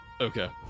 Okay